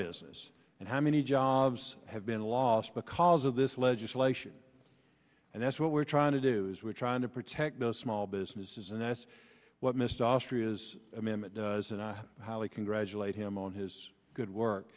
business and how many jobs have been lost because of this legislation and that's what we're trying to do is we're trying to protect those small businesses and that's what missed austria's amendment does and how we congratulate him on his good work